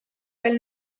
veel